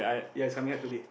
yes it's coming out today